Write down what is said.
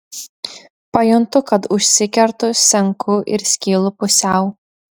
pajuntu kad užsikertu senku ir skylu pusiau